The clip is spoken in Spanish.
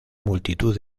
multitud